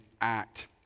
act